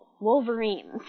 wolverines